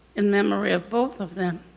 in memory of both of them,